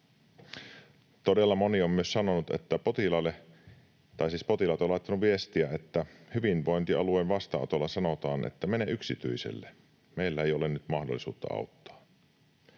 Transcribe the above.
Todella moni potilas on laittanut viestiä, että hyvinvointialueen vastaanotolla sanotaan, että mene yksityiselle, meillä ei ole nyt mahdollisuutta auttaa.